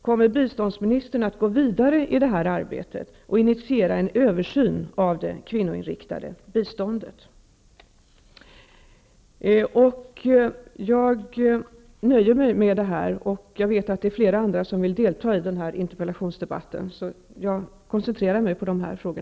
Kommer biståndsministern att gå vidare i det här arbetet och initera en översyn av det kvinnoinriktade biståndet? Jag nöjer mig med detta. Det är flera andra som vill delta i den här interpellationsdebatten, så jag koncentrerar mig på dessa frågor.